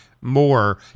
more